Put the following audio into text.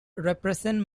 represent